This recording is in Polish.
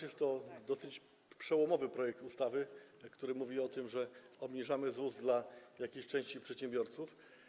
Jest to dosyć przełomowy projekt ustawy, który mówi o tym, że obniżamy ZUS dla jakiejś części przedsiębiorców.